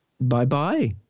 Bye-bye